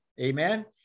Amen